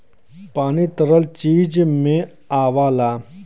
पानी तरल चीज में आवला